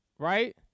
right